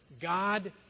God